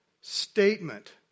statement